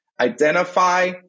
identify